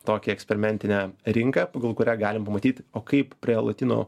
tokią eksperimentinę rinką pagal kurią galim pamatyt o kaip prie lotynų